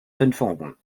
zündfunken